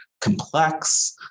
complex